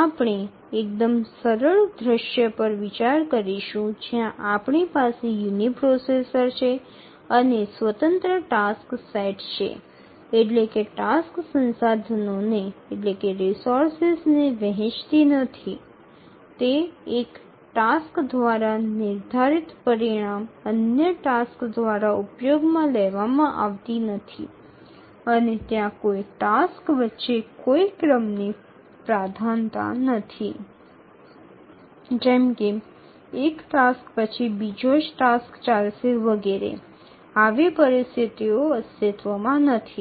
આપણે એકદમ સરળ દૃશ્ય પર વિચાર કરીશું જ્યાં આપણી પાસે યુનિપ્રોસેસર છે અને સ્વતંત્ર ટાસક્સ સેટ છે એટલે કે ટાસક્સ સંસાધનોને વહેંચતી નથી તે એક ટાસ્ક દ્વારા નિર્ધારિત પરિણામ અન્ય ટાસક્સ દ્વારા ઉપયોગમાં લેવામાં આવતી નથી અને ત્યાં કોઈ ટાસક્સ વચ્ચે કોઈ ક્રમની પ્રાધાન્યતા નથી જેમ કે એક ટાસ્ક પછી બીજો ટાસ્ક ચાલશે વગેરે આવી પરિસ્થિતિઓ અસ્તિત્વમાં નથી